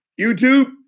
YouTube